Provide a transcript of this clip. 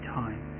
time